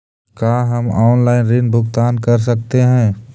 का हम आनलाइन ऋण भुगतान कर सकते हैं?